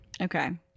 Okay